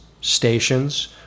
stations